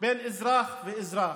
בין אזרח לאזרח.